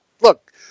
look